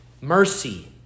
mercy